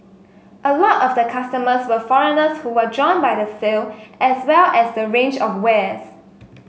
a lot of the customers were foreigners who were drawn by the sale as well as the range of wares